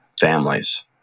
families